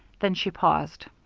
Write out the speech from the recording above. then she paused.